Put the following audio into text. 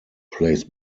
plays